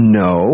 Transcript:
no